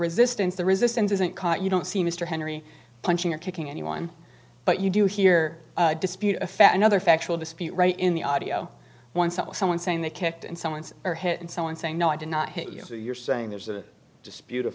resistance the resistance isn't caught you don't see mr henry punching and kicking anyone but you do hear dispute effect another factual dispute right in the audio oneself someone saying they kicked in someone's or hit someone saying no i did not hit you so you're saying there's a dispute of